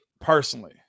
personally